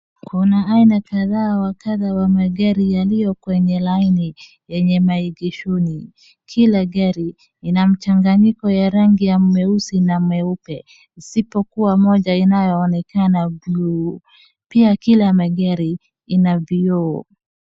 Kuna aina kadhaa wa kadha wa magari yaliyo kwenye laini yenye meigeshoni. Kila gari lina mchanganyiko ya rangi ya meusi na meupe, isipokuwa moja inayonekana bluu. Pia kila magari ina vioo.